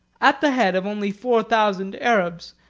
at the head of only four thousand arabs,